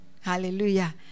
Hallelujah